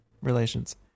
relations